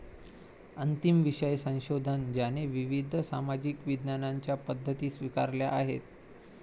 अंतिम विषय संशोधन ज्याने विविध सामाजिक विज्ञानांच्या पद्धती स्वीकारल्या आहेत